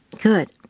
Good